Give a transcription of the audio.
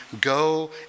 go